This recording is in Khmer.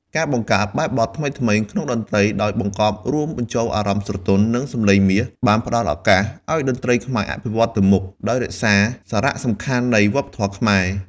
ការបង្កើតបែបបទថ្មីៗក្នុងតន្ត្រីដោយបង្កប់រួមបញ្ចូលអារម្មណ៍ស្រទន់ និងសម្លេងមាស បានផ្តល់ឱកាសឲ្យតន្ត្រីខ្មែរអភិវឌ្ឍទៅមុខ ដោយរក្សាសារៈសំខាន់នៃវប្បធម៌ខ្មែរ។